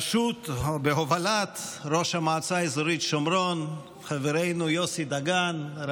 בהובלת ראש המועצה האזורית שומרון חברנו יוסי דגן,